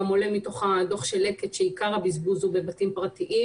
גם עולה מהדוח של לקט ישראל שעיקר הבזבוז הוא בבתים פרטיים